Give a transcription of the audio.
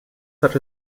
such